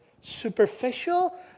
superficial